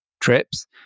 trips